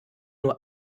nur